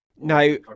Now